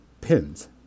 pins